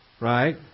Right